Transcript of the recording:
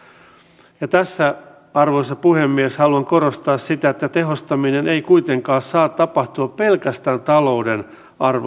olen erittäin iloinen arvoisa puhemies siitä että alueen poliittiset päättäjät ja kahden eri kunnan päättäjät sekä myös täällä eduskunnassa